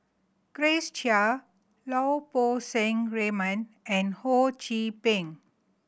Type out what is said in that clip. Grace Chia Lau Poo Seng Raymond and Ho Chee Ping